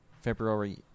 february